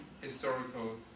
historical